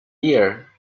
year